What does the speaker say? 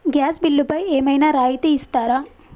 Gas బిల్లుపై ఏమైనా రాయితీ ఇస్తారా?